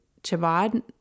Chabad